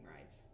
rides